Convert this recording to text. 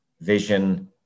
vision